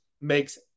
makes